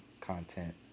content